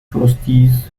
trustees